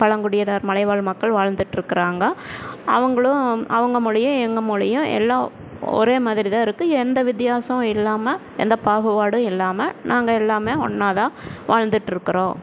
பழங்குடியனர் மலைவாழ் மக்கள் வாழ்ந்துட்டுருக்கறாங்க அவங்களும் அவங்க மொழியும் எங்கள் மொழியும் எல்லா ஒரே மாதிரி தான் இருக்கு எந்த வித்தியாசம் இல்லாமல் எந்த பாகுபாடும் இல்லாமல் நாங்கள் எல்லாமே ஒன்னாக தான் வாழ்ந்துட்டுருக்கறோம்